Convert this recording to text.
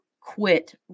quit